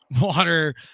water